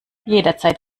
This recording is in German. jederzeit